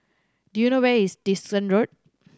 do you know where is Dickson Road